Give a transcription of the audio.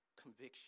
conviction